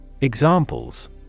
Examples